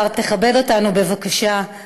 השר, תכבד אותנו, בבקשה,